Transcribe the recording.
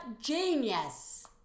genius